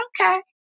okay